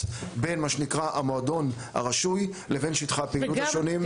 בין מה שנקרא המועדון הרשוי לבין שטחי הפעילות השונים.